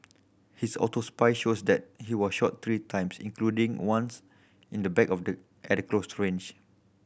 his autopsy shows that he was shot three times including once in the back of the at close range